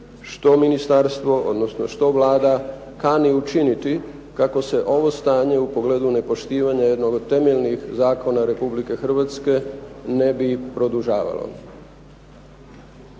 što ministarstvo, odnosno što Vlada kani učiniti kako se ovo stanje u pogledu nepoštivanja jednog od temeljnih zakona Republike Hrvatske ne bi produžavalo.